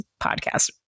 podcast